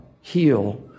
heal